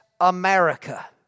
America